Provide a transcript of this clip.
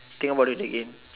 think about it again